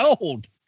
old